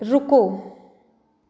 ਰੁਕੋ